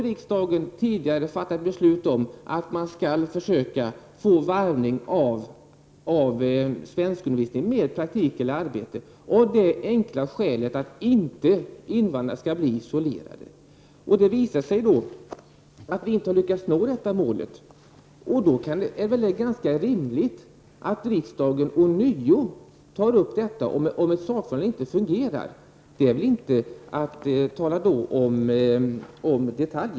Riksdagen har tidigare fattat beslut om att man skall försöka få till stånd en varvning av svenskundervisning och praktik eller arbete, av det enkla skälet att invandrarna inte skall bli isolerade. Det visar sig att vi inte har lyckats nå det målet. Då är det väl ganska rimligt att riksdagen ånyo tar upp denna fråga. Om ett sakförhållande inte fungerar, rör det sig knappast om en detalj.